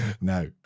No